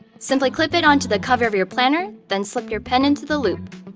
simply clip it onto the cover of your planner, then slip your pen into the loop.